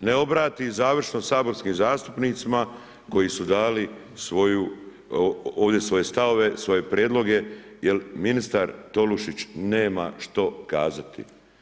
ne obrati završno saborskim zastupnicima koji su dali ovdje svoje stavove, svoje prijedloge jel ministar Tolušić nema što kazati.